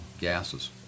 gases